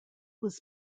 was